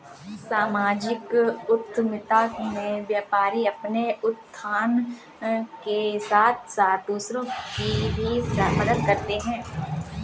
सामाजिक उद्यमिता में व्यापारी अपने उत्थान के साथ साथ दूसरों की भी मदद करते हैं